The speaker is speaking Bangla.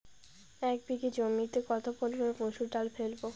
এক বিঘে জমিতে কত পরিমান মুসুর ডাল ফেলবো?